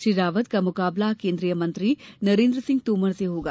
श्री रावत का मुकाबला केन्द्रीय मंत्री नरेन्द्र सिंह तोमर से होगा